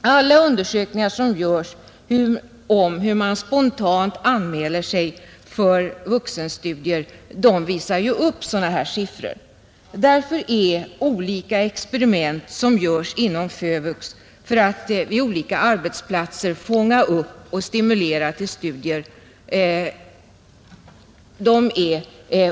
Alla undersökningar som görs om hur man spontant anmäler sig till vuxenstudier visar upp sådana här siffror. Därför är olika experiment som görs inom FÖVUX för att vid olika arbetsplatser fånga upp intresset och stimulera till studier